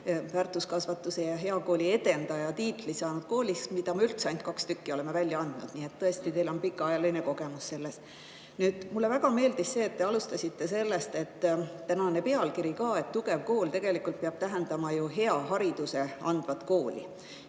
väärtuskasvatuse ja hea kooli edendaja tiitli, mida me üldse ainult kaks tükki oleme välja andnud. Nii et tõesti, teil on pikaajaline kogemus selles. Mulle väga meeldis see, et te alustasite tänasest pealkirjast, et tugev kool tegelikult peab tähendama ju head haridust andvat kooli.